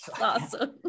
awesome